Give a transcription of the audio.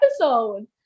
episode